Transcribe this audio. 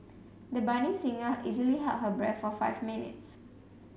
the budding singer easily held her breath for five minutes